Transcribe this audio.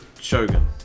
Shogun